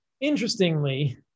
Interestingly